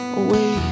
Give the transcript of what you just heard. away